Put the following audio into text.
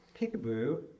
peekaboo